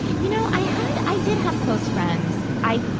you know, i had, i did have close friends. i,